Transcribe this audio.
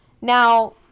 Now